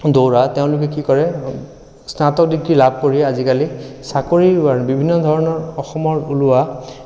দৌৰা তেওঁলোকে কি কৰে স্নাতক ডিগ্ৰী লাভ কৰিয়েই আজিকালি চাকৰিৰ বাবে বিভিন্ন ধৰণৰ অসমত ওলোৱা